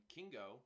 Kingo